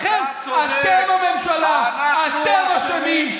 של ממשלות השמאל,